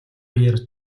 үеэр